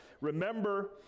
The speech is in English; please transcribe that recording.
remember